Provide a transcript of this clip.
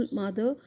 mother